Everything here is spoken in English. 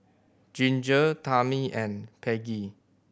Ginger Tami and Peggie